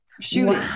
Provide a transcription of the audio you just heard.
shooting